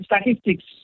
statistics